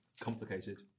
complicated